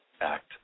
act